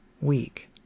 weak